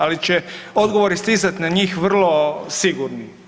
Ali će odgovori stizati na njih vrlo sigurni.